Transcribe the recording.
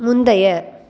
முந்தைய